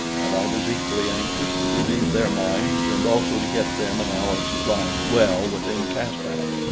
and i was equally anxious to relieve their minds and also to get them and our supplies well within caspak,